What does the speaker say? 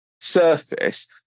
surface